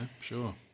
sure